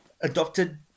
adopted